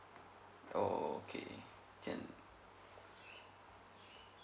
oh okay